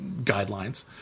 guidelines